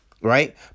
right